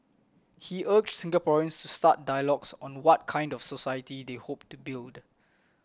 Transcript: he urged Singaporeans to start dialogues on what kind of society they hope to build